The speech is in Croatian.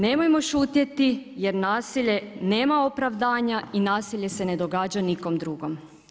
Nemojmo šutjeti jer nasilje nema opravdanja i nasilje se ne događa nikom drugom.